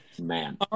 man